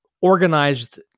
organized